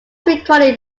recorded